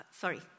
sorry